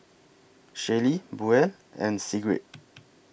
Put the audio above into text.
Shelley Buel and Sigrid